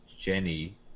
jenny